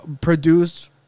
produced